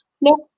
Nope